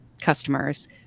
customers